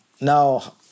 now